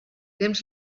temps